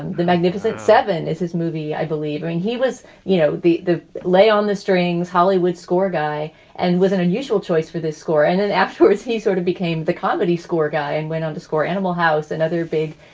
the magnificent seven is his movie. i believe when he was, you know, the the lay on the strings hollywood score guy and was an unusual choice for this score. and then afterwards he sort of became the comedy score guy and went on to score animal house and other big,